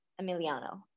Emiliano